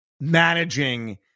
managing